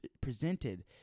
presented